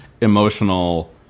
emotional